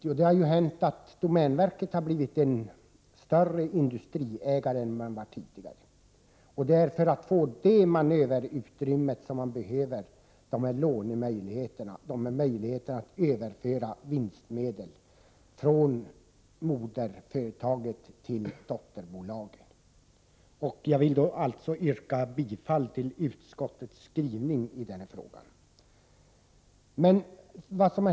Jo, det har hänt, att domänverket har blivit en större industriägare än det var tidigare, och det är för att få manöverutrymme som man behöver dessa lånemöjligheter och möjligheter att överföra vinstmedel från moderföretaget till dotterbolagen. Jag vill alltså yrka bifall till utskottets skrivning i den frågan.